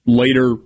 later